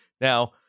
now